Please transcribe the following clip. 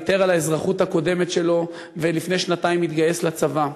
ויתר על האזרחות הקודמת שלו ולפני שנתיים התגייס לצבא.